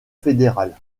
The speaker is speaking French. fédéral